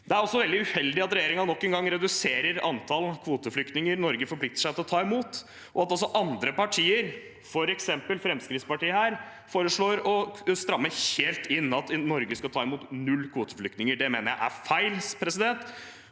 Det er veldig uheldig at regjeringen nok en gang reduserer antallet kvoteflyktninger Norge forplikter seg til å ta imot, og at andre partier, f.eks. Fremskrittspartiet, foreslår å stramme helt inn – at Norge skal ta imot null kvoteflyktninger. Det mener jeg er feil.